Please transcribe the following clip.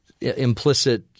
implicit